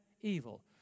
evil